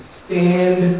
stand